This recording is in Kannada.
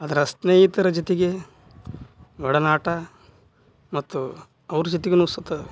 ಆದ್ರೆ ಸ್ನೇಹಿತರ ಜೊತೆಗೆ ಒಡನಾಟ ಮತ್ತು ಅವ್ರ ಜೊತೆಗುನು ಸ್ವತಃ